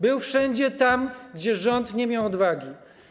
Był wszędzie tam, gdzie rząd nie miał odwagi.